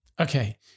Okay